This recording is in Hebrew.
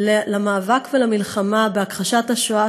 למאבק ולמלחמה בהכחשת השואה,